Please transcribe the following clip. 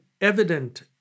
evident